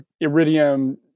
Iridium